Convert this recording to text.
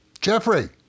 Jeffrey